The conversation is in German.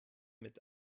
mit